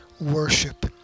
Worship